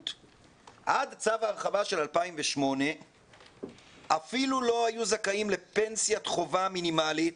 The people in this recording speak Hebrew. עד צו ההרחבה של 2008 אפילו לא היו זכאים לפנסיית חובה מינימלית,